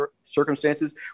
circumstances